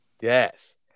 Yes